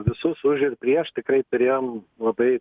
visus už ir prieš tikrai turėjom labai